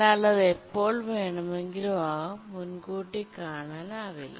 എന്നാലത് എപ്പോൾ വേണമെങ്കിലും ആകാം മുൻകൂട്ടി കാണാനാവില്ല